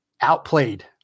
outplayed